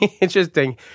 interesting